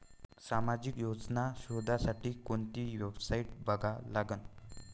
सामाजिक योजना शोधासाठी कोंती वेबसाईट बघा लागन?